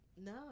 No